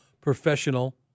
professional